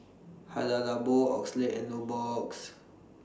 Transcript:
Hada Labo Oakley and Nubox